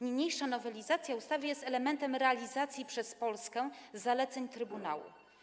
Niniejsza nowelizacja ustawy jest elementem realizacji przez Polskę zaleceń Trybunału.